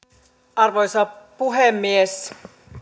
arvoisa puhemies